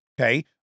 okay